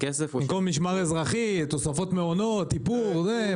במקום משמר אזרחי, תוספות מעונות, איפור, זה.